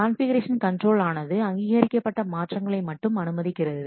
configuration control ஆனது அங்கீகரிக்கப்பட்ட மாற்றங்களை மட்டும் அனுமதிக்கிறது